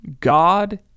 God